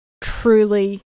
truly